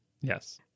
yes